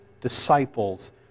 disciples